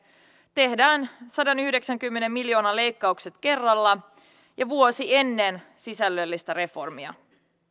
tehdään sadanyhdeksänkymmenen miljoonan leikkaukset kerralla ja vuosi ennen sisällöllistä reformia